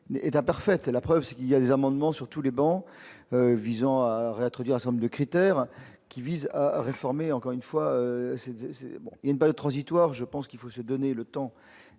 est imparfaite, la preuve c'est qu'il y a des amendements sur tous les bancs, visant à réintroduire ensemble de critères qui vise à réformer, encore une fois c'est c'est. Une balle transitoire, je pense qu'il faut se donner le temps